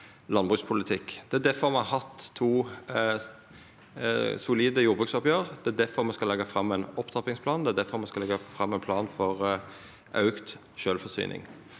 landbrukspolitikk. Det er difor me har hatt to solide jordbruksoppgjer. Det er difor me skal leggja fram ein opptrappingsplan. Det er difor me skal leggja fram ein plan for auka sjølvforsyning.